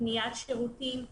קניית שירותים,